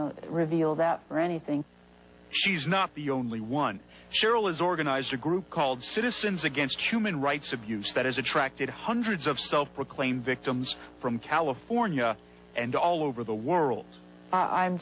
to reveal that or anything she's not the only one cheryl is organized a group called citizens against human rights abuse that has attracted hundreds of self proclaimed victims from california and all over the world i